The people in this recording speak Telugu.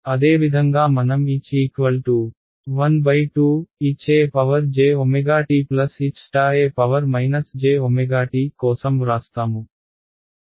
అదేవిధంగా మనం H ½ H ejt H e jt కోసం వ్రాస్తాము